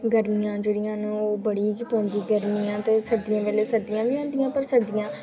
गर्मियां जेह्ड़ियां न ओह् बड़ी तपोंदी गर्मी ऐ ते सर्दियें बेल्लै सर्दियां बी होंदियां ते सर्दियां